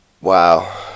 Wow